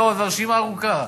ועוד ועוד והרשימה ארוכה.